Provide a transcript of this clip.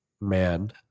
man